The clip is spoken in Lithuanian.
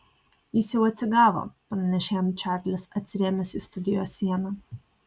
jis jau atsigavo pranešė jam čarlis atsirėmęs į studijos sieną